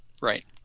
Right